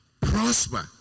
prosper